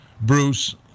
Bruce